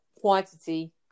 quantity